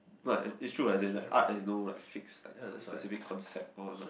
but it it's true as in art has no like fix like specific concept or like